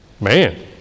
man